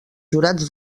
jurats